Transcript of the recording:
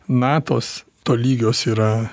natos tolygios yra